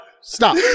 stop